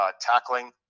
tackling